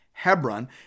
Hebron